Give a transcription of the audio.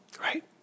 right